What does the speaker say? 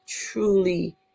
truly